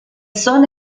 son